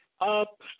up